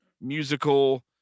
Musical